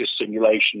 simulation